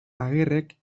agirrek